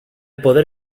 poder